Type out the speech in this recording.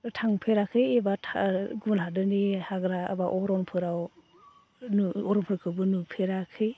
थांफेराखै एबा गुबुन हादरनि हाग्रा एबा अरनफोराव अरनफोरखौबो नुफेराखै